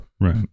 right